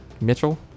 Mitchell